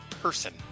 person